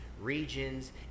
regions